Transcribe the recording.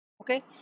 Okay